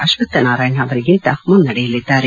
ಅಶ್ವಕ್ಕ ನಾರಾಯಣ ಅವರಿಗಿಂತ ಮುನ್ನಡೆಯಲಿದ್ದಾರೆ